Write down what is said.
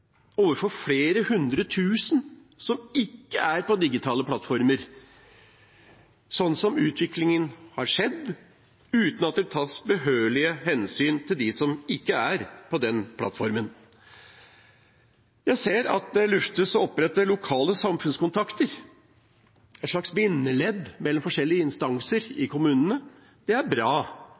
overfor flere hundre tusen som ikke er på digitale plattformer, at utviklingen har skjedd uten at det tas behørig hensyn til dem som ikke er på de plattformene. Jeg ser at det luftes å opprette lokale samfunnskontakter, et slags bindeledd mellom forskjellige instanser i kommunene. Det er bra,